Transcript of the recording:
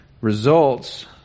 results